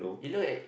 you look at